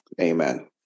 Amen